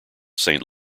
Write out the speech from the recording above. saint